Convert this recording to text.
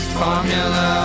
formula